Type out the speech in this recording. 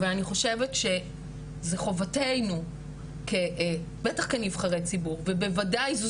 אבל אני חושבת שזה חושבת שזו חובתנו בטח כנבחרי ציבור וזו